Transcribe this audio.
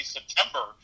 September